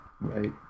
right